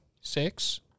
Six